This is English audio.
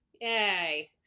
Yay